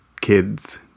kids